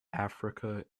africa